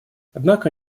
однако